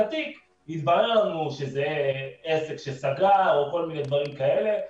התיק התברר לנו שזה עסק שסגר או כל מיני דברים כאלה.